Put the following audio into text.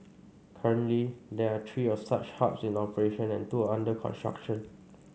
currently there are three of such hubs in operation and two are under construction